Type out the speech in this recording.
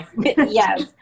Yes